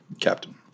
Captain